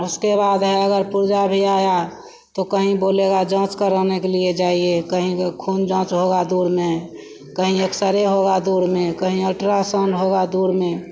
उसके बाद है अगर पुर्जा भी आया तो कहीं बोलेगा जाँच कराने के लिए जाइए कहीं खून जाँच होगी दूर में कहीं एक्सरे होगा दूर में कहीं अल्ट्रासाउन्ड होगा दूर में